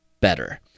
Better